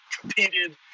competed